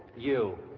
you.